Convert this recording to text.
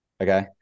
Okay